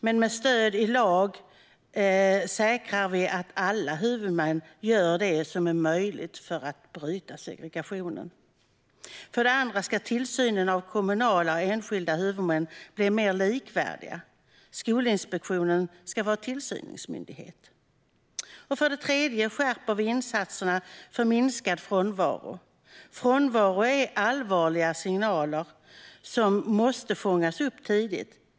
Men med stöd i lag säkrar vi att alla huvudmän gör det som är möjligt för att bryta segregationen. För det andra ska tillsynen av kommunala och enskilda huvudmän bli mer likvärdig. Skolinspektionen ska vara tillsynsmyndighet. För det tredje skärper vi insatserna för minskad frånvaro. Frånvaro innebär allvarliga signaler som måste fångas upp tidigt.